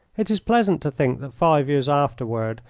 it is pleasant to think that five years afterward,